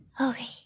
Okay